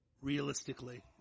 realistically